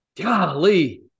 golly